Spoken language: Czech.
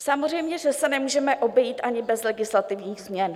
Samozřejmě že se nemůžeme obejít ani bez legislativních změn.